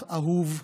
אח אהוב: